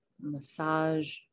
massage